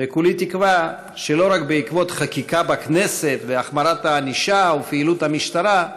וכולי תקווה שלא רק בעקבות חקיקה בכנסת והחמרת הענישה ופעילות המשטרה,